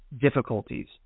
difficulties